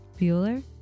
Bueller